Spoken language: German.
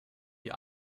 die